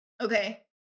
Okay